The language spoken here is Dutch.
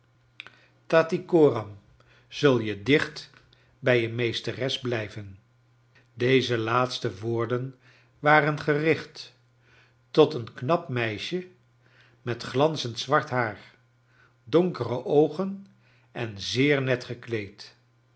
i'attycoram zul je dicht bij je meesteres blijven deze laatste woorden waren gericht tot een knap meisje met glan zend zwart haar donkere oogen i en zeer net gekleed